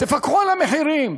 תפקחו על המחירים.